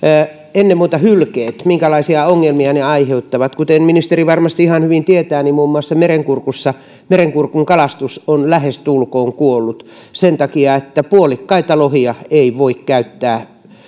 ennen muuta hylkeet aiheuttavat ongelmia kuten ministeri varmasti ihan hyvin tietää niin muun muassa merenkurkun kalastus on lähestulkoon kuollut sen takia että puolikkaita lohia ei voi käyttää